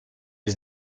was